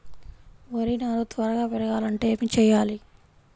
వరి నారు త్వరగా పెరగాలంటే ఏమి చెయ్యాలి?